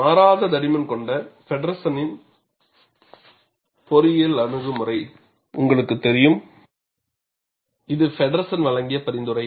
மாறாத தடிமன் கொண்ட பேனல் ஃபெடெர்சனின் பொறியியல் அணுகுமுறை உங்களுக்கு தெரியும் இது ஃபெடெர்சன் வழங்கிய பரிந்துரை